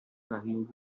carrinho